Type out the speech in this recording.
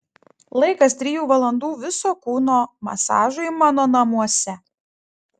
laikas trijų valandų viso kūno masažui mano namuose